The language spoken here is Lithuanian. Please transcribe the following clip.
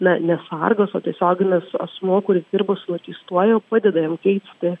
na ne sargas o tiesioginis asmuo kuris dirba su nuteistuoju padeda jam keisti